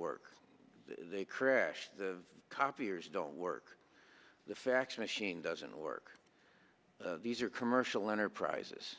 work they crash the copiers don't work the fax machine doesn't work these are commercial enterprises